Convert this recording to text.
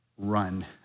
Run